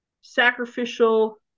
sacrificial